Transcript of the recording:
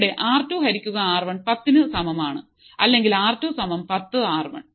ഇവിടെ R two ഹരികുക R one പത്തിന് സമമാണ് അല്ലെങ്കിൽ ആർ ടു സമം പത്തു ആർ വൺ